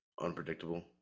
unpredictable